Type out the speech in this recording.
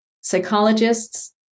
Psychologists